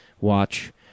Watch